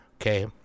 okay